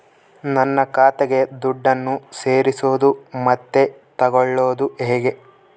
ನನ್ನ ಖಾತೆಗೆ ದುಡ್ಡನ್ನು ಸೇರಿಸೋದು ಮತ್ತೆ ತಗೊಳ್ಳೋದು ಹೇಗೆ?